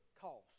cost